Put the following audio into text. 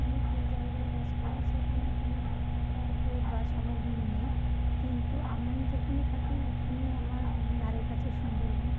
আমি যে জায়গায় বাস করি সেখানে কোনো পর্বত বা সমভূমি নেই কিন্তু আমি যেখানে থাকি এখানে আমার ধারে কাছে সুন্দরবন